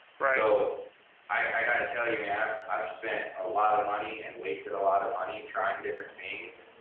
right. so i gotta tell you i've spent a lot of money and wasted a lot of money trying different things